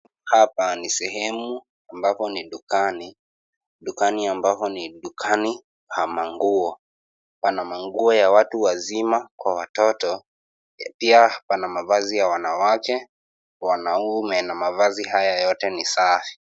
Hapa ni sehemu ambapo ni dukani, dukani ambapo ni dukani pa manguo. Pana manguo ya watu wazima kwa watoto, pia pana mavazi ya wanawake, wanaume na mavazi haya yote ni safi.